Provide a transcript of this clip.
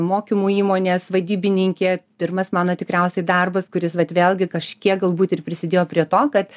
mokymų įmonės vadybininkė pirmas mano tikriausiai darbas kuris vat vėlgi kažkiek galbūt ir prisidėjo prie to kad